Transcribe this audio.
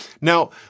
Now